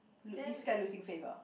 lo~ you scared losing faith uh